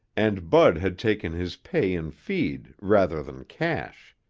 and bud had taken his pay in feed rather than cash.